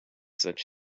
such